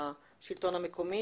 בשלטון המקומי,